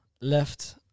left